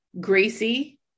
Gracie